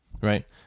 right